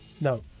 No